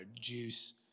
juice